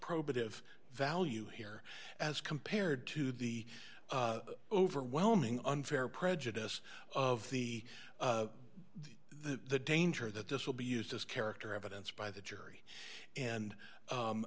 probative value here as compared to the overwhelming unfair prejudice of the the danger that this will be used as character evidence by the jury and